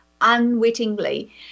unwittingly